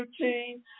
routine